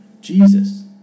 Jesus